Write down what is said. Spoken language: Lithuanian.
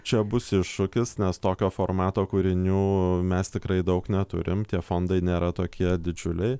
čia bus iššūkis nes tokio formato kūrinių mes tikrai daug neturim tie fondai nėra tokie didžiuliai